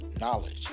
knowledge